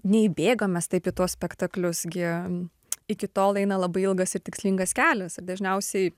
nei bėgam mes taip į tuos spektaklius gi iki tol eina labai ilgas ir tikslingas kelias dažniausiai